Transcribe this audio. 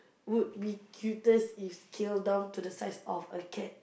would be cutest if scaled down to the size of a cat